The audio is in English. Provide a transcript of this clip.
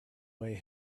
way